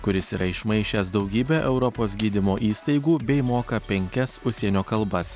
kuris yra išmaišęs daugybę europos gydymo įstaigų bei moka penkias užsienio kalbas